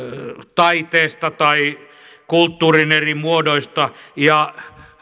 taiteesta tai kulttuurin eri muodoista ja